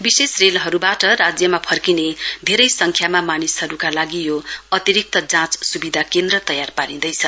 विशेष रेलहरूबाट राज्यमा फर्किने धेरै संख्यामा मानिसहरूका लागि यो अतिरिक्त जाँच स्विधा केन्द्र तयार पारिँदैछ